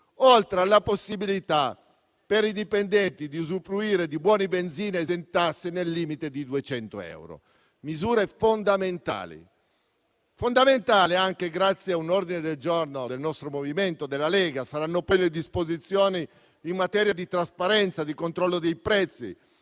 oltre alla possibilità per i dipendenti di usufruire di buoni benzina esentasse nel limite di 200 euro. Misure fondamentali. Altrettanto fondamentali, grazie a un ordine del giorno della Lega, saranno poi le disposizioni in materia di trasparenza, di controllo dei prezzi,